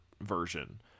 version